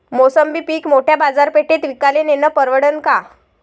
मोसंबी पीक मोठ्या बाजारपेठेत विकाले नेनं परवडन का?